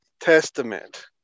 testament